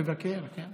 לבקר, כן.